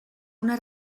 una